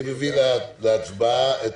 אני מביא להצבעה את